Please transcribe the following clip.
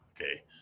Okay